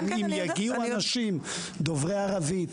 אם יגיעו אנשים דוברי ערבית,